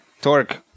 Torque